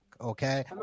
okay